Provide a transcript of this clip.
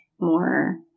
more